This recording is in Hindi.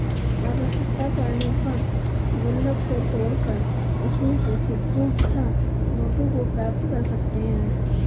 आवश्यकता पड़ने पर गुल्लक को तोड़कर उसमें से सिक्कों तथा नोटों को प्राप्त कर सकते हैं